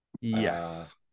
Yes